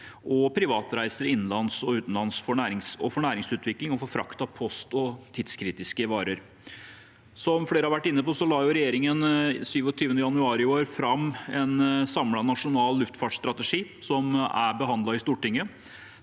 privatreiser innenlands og utenlands, muligheter for næringsutvikling, og for frakt av post og tidskritiske varer. Som flere har vært inne på, la regjeringen den 27. januar i år fram en samlet nasjonal luftfartsstrategi, som er behandlet i Stortinget.